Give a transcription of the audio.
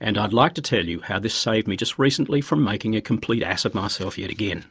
and i'd like to tell you how this saved me just recently from making a complete ass of myself yet again.